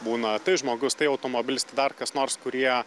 būna tai žmogus tai automobilis tai dar kas nors kurie